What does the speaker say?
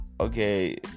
Okay